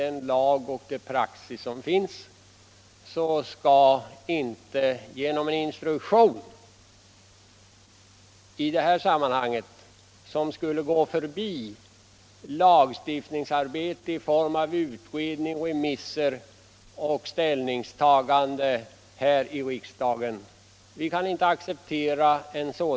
ha goda skäl för att säga att vi inte i detta speciella fall kan acceptera den ordning som en sådan här instruktion - som skulle gå förbi lagstiftningsarbete i form av utredning, remisser och ställningstagande här i riksdagen — skulle innebära.